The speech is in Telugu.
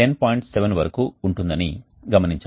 7 వరకు ఉంటుందని గమనించండి